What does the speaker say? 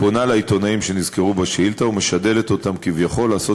פונה לעיתונאים שנזכרו בשאילתה ומשדלת אותם כביכול לעשות